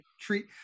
treat